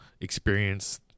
experience